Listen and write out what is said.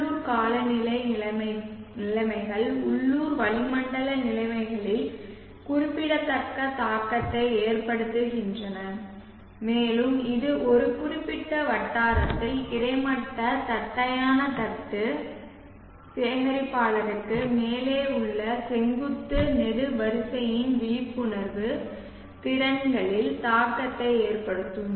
உள்ளூர் காலநிலை நிலைமைகள் உள்ளூர் வளிமண்டல நிலைமைகளில் குறிப்பிடத்தக்க தாக்கத்தை ஏற்படுத்துகின்றன மேலும் இது ஒரு குறிப்பிட்ட வட்டாரத்தில் கிடைமட்ட தட்டையான தட்டு சேகரிப்பாளருக்கு மேலே உள்ள செங்குத்து நெடுவரிசையின் விழிப்புணர்வு திறன்களில் தாக்கத்தை ஏற்படுத்தும்